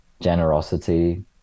generosity